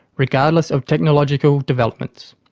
regardless of technological developments.